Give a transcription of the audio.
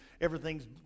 everything's